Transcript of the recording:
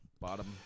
Bottom